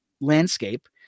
landscape